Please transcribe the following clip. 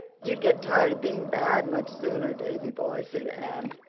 you'd get tired of being bad much sooner, davy-boy, said anne.